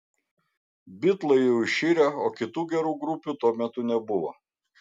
bitlai jau iširę o kitų gerų grupių tuo metu nebuvo